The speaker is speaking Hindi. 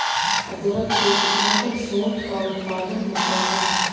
अदरक को सुखाकर सोंठ का उत्पादन होता है